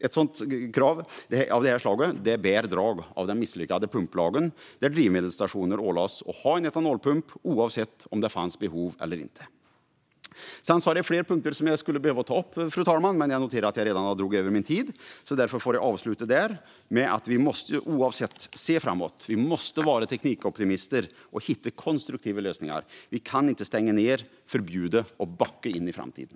Ett krav av det här slaget bär drag av den misslyckade pumplagen där drivmedelsstationer ålades ha en etanolpump oavsett om det fanns behov av det eller inte. Fru talman! Det finns fler punkter som jag skulle behöva ta upp, men jag noterar att jag redan har dragit över min talartid. Därför avslutar jag med att säga att vi måste se framåt, vara teknikoptimister och hitta konstruktiva lösningar. Vi kan inte stänga ned, förbjuda och backa in i framtiden.